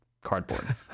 cardboard